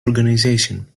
organisation